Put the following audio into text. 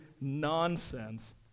nonsense